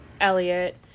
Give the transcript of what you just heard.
Elliot